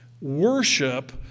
worship